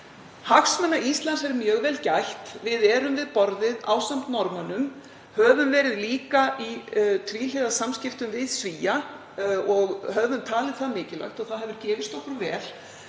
Hagsmuna Íslands er mjög vel gætt. Við erum við borðið ásamt Norðmönnum og höfum verið líka í tvíhliða samskiptum við Svía. Við höfum talið það mikilvægt og það hefur gefist okkur vel